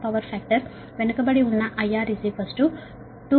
8 power factor lagging లో ఉన్నIR 2 18